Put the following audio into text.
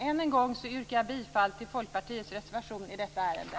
Än en gång yrkar jag bifall till Folkpartiets reservation i detta ärende.